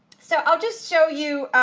so i'll just show you,